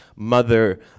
Mother